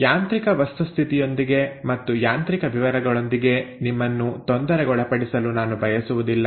ಯಾಂತ್ರಿಕ ವಸ್ತುಸ್ಥಿತಿಯೊಂದಿಗೆ ಮತ್ತು ಯಾಂತ್ರಿಕ ವಿವರಗಳೊಂದಿಗೆ ನಿಮ್ಮನ್ನು ತೊಂದರೆಗೊಳಪಡಿಸಲು ನಾನು ಬಯಸುವುದಿಲ್ಲ